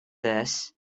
this